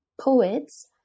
poets